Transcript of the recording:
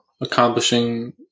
accomplishing